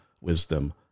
wisdom